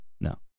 No